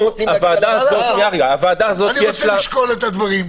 אני רוצה לשקול את הדברים.